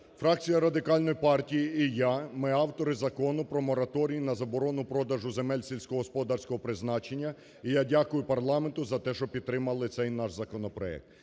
Фракція Радикальної партії і я, ми – автори Закону про мораторій на заборону продажу земель сільськогосподарського призначення. І я дякую парламенту за те, що підтримали цей наш законопроект.